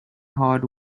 hard